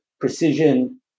precision